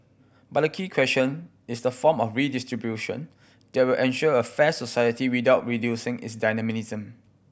but the key question is the form of redistribution that will ensure a fair society without reducing its dynamism